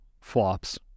flops